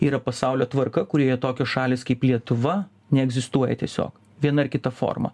yra pasaulio tvarka kurioje tokios šalys kaip lietuva neegzistuoja tiesiog viena ar kita forma